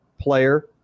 player